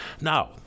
Now